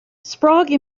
sprague